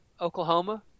Oklahoma